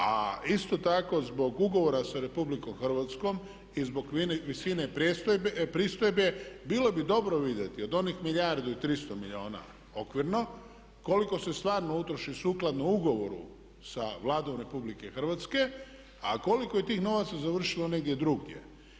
A isto tako zbog ugovora sa RH i zbog visine pristojbe bilo bi dobro vidjeti od onih milijardu i 300 milijuna okvirno koliko se stvarno utroši sukladno ugovoru sa Vladom RH, a koliko je tih novaca završilo negdje drugdje.